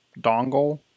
dongle